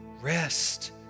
rest